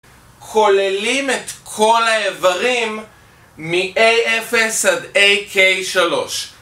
כוללים את כל האיברים מ-A0 עד AK3